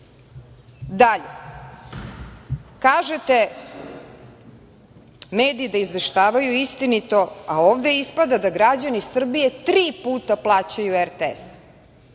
Srbiji. Dalje, kažete mediji da izveštavaju istinito, a ovde ispada da građani Srbije tri puta plaćaju RTS,